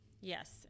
yes